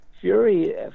Fury